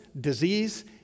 disease